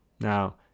Now